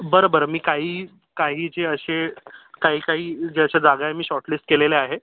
बरं बरं मी काहीही काही जे असे काही काही ज्या अशा जागा आहे मी शॉर्टलिस्ट केलेल्या आहे